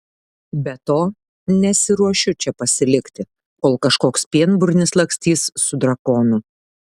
be to nesiruošiu čia pasilikti kol kažkoks pienburnis lakstys su drakonu